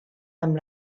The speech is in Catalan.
amb